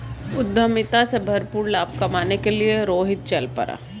उद्यमिता से भरपूर लाभ कमाने के लिए रोहित चल पड़ा